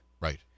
right